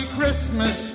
Christmas